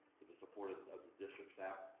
with the support ah of the district staff,